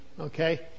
Okay